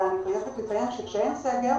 אבל כשאין סגר,